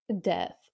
death